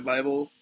Bible